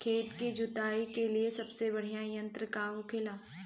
खेत की जुताई के लिए सबसे बढ़ियां यंत्र का होखेला?